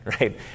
right